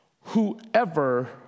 whoever